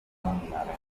mondiale